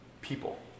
people